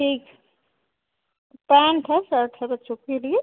ठीक पैन्ट है शर्ट है बच्चों के लिए